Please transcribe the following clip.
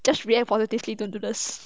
just react positively to goodness